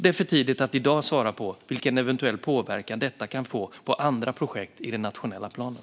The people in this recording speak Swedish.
Det är för tidigt att i dag svara på vilken eventuell påverkan detta kan få på andra projekt i den nationella planen.